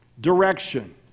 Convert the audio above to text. direction